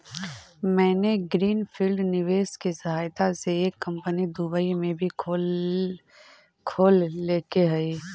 मैंने green field निवेश के सहायता से एक कंपनी दुबई में भी खोल लेके हइ